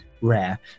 rare